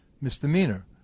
misdemeanor